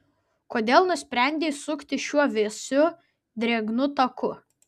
kodėl nusprendei sukti šiuo vėsiu drėgnu taku